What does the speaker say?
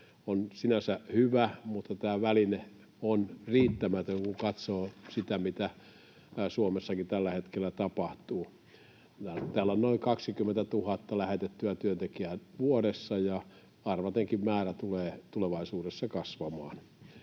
on sinänsä hyvä, mutta tämä väline on riittämätön, kun katsoo sitä, mitä Suomessakin tällä hetkellä tapahtuu. Täällä on noin kaksikymmentätuhatta lähetettyä työntekijää vuodessa, ja arvatenkin määrä tulee tulevaisuudessa kasvamaan.